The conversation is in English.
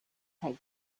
take